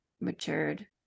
matured